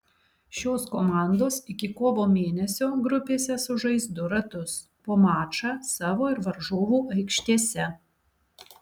šios komandos iki kovo mėnesio grupėse sužais du ratus po mačą savo ir varžovų aikštėse